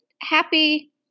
happy